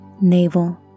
navel